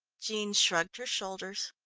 jean shrugged her shoulders.